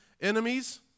enemies